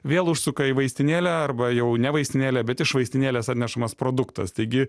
vėl užsuka į vaistinėlę arba jau ne vaistinėlę bet iš vaistinėlės atnešamas produktas taigi